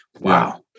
Wow